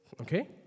Okay